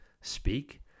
speak